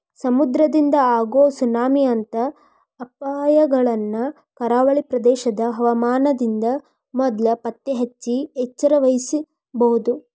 ಸಮುದ್ರದಿಂದ ಆಗೋ ಸುನಾಮಿ ಅಂತ ಅಪಾಯಗಳನ್ನ ಕರಾವಳಿ ಪ್ರದೇಶದ ಹವಾಮಾನದಿಂದ ಮೊದ್ಲ ಪತ್ತೆಹಚ್ಚಿ ಎಚ್ಚರವಹಿಸಬೊದು